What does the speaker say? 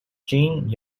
jin